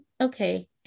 Okay